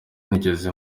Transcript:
ntigeze